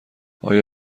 آیا